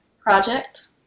Project